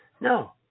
no